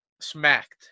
smacked